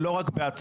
מנהלת הוועדה,